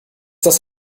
das